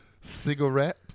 Cigarette